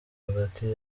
hagati